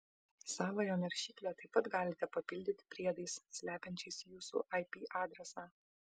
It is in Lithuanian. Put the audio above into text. savąją naršyklę taip pat galite papildyti priedais slepiančiais jūsų ip adresą